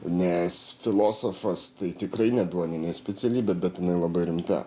nes filosofas tai tikrai ne duoninė specialybė bet jinai labai rimta